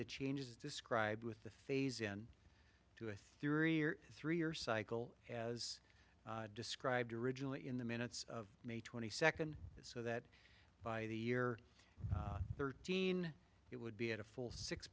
the changes described with the phase in two with three year cycle as described originally in the minutes of may twenty second so that by the year thirteen it would be at a full six